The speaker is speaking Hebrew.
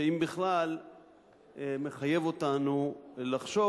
שאם בכלל מחייב אותנו לחשוב,